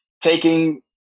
taking